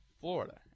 Florida